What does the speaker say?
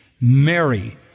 Mary